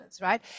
Right